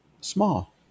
small